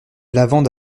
lavande